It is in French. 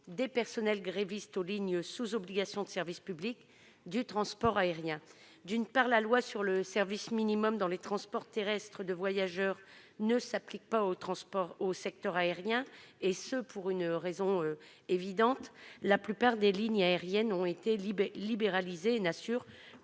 de transport aérien placées sous obligations de service public. Je rappelle que la loi sur le service minimum dans les transports terrestres de voyageurs ne s'applique pas au secteur aérien, et ce pour une raison évidente : la plupart des lignes aériennes ont été libéralisées et n'assurent